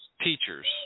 teachers